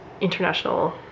international